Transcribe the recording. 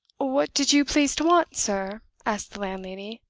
what did you please to want, sir? asked the landlady.